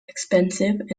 expensive